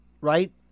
right